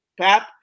PAP